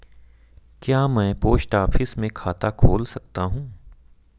क्या मैं post office में खाता खोल सकता हूँ?